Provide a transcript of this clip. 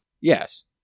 yes